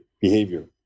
behavior